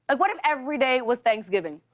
ah what if every day was thanksgiving?